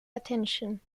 attention